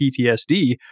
PTSD